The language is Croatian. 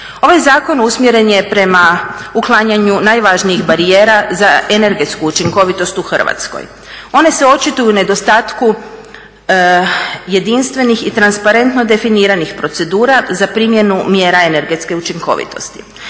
Ovaj zakon usmjeren je prema uklanjanju najvažnijih barijera za energetsku učinkovitost u Hrvatskoj. One se očituju u nedostatku jedinstvenih i transparentno definiranih procedura za primjenu mjera energetske učinkovitosti.